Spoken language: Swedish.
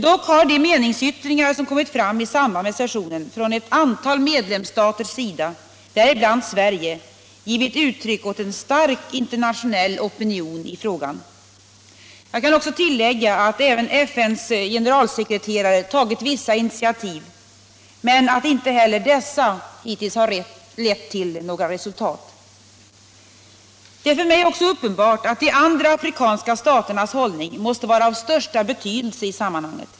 Dock har de meningsyttringar som kommit fram i samband med sessionen från ett antal medlemsstaters sida, däribland Sverige, givit uttryck åt en stark internationell opinion i frågan. Jag kan tillägga att även FN:s generalsekreterare tagit vissa initiativ men att inte heller dessa lett till några resultat. Det är för mig uppenbart att de andra afrikanska staternas hållning måste vara av största betydelse i sammanhanget.